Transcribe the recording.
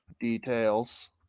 details